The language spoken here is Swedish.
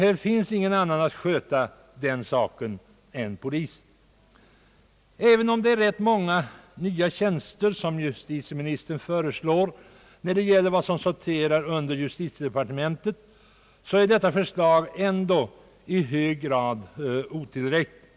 Det finns ingen annan att sköta den saken än polisen. Även om justitieministern föreslår rätt många nya tjänster när det gäller justitiedepartementets verksamhetsområde, är hans förslag ändå i hög grad otillräckligt.